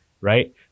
Right